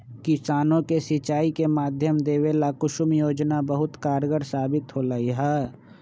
किसानों के सिंचाई के माध्यम देवे ला कुसुम योजना बहुत कारगार साबित होले है